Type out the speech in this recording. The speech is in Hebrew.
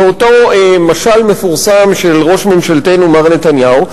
באותו משל מפורסם של ראש ממשלתנו מר נתניהו,